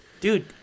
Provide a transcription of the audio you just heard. dude